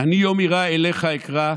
"אני יום אירא אליך אקרא.